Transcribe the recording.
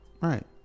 Right